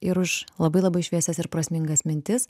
ir už labai labai šviesias ir prasmingas mintis